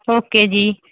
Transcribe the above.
okay ਜੀ